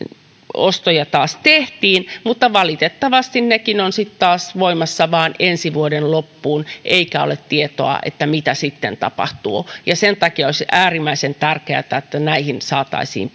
ostoja taas tehtiin mutta valitettavasti nekin ovat sitten taas voimassa vain ensi vuoden loppuun eikä ole tietoa mitä sitten tapahtuu sen takia olisi äärimmäisen tärkeätä että näihin saataisiin